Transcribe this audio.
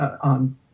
on